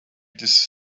this